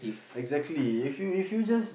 exactly if you if you just